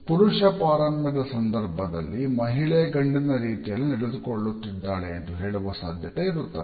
ಪುರುಷ ಪಾರಮ್ಯದ ಸಂದರ್ಭದಲ್ಲಿ ಮಹಿಳೆ ಗಂಡಿನ ರೀತಿಯಲ್ಲಿ ನಡೆದುಕೊಳ್ಳುತ್ತಿದ್ದಾಳೆ ಎಂದು ಹೇಳುವ ಸಾಧ್ಯತೆ ಇರುತ್ತದೆ